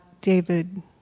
David